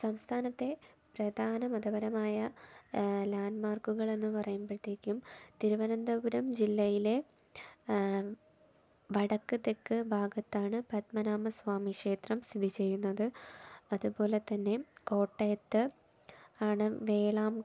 സംസ്ഥാനത്തെ പ്രധാന മതപരമായ ലാൻഡ്മാർക്കുകൾ എന്നു പറയുമ്പോഴ്ത്തേക്കും തിരുവനന്തപുരം ജില്ലയിലെ വടക്ക് തെക്ക് ഭാഗത്താണ് പത്മനാഭസ്വാമിക്ഷേത്രം സ്ഥിതി ചെയ്യുന്നത് അതുപോലെ തന്നെ കോട്ടയത്ത് ആണ് വേളാം